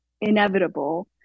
inevitable